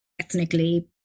ethnically